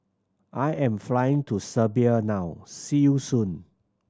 I am flying to Serbia now see you soon